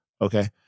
Okay